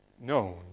known